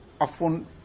Afun